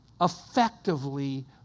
effectively